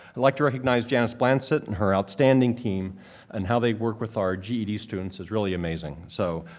i'd like to recognize janice blansit and her outstanding team and how they work with our ged students is really amazing. so,